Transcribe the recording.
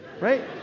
right